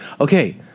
okay